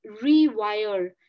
rewire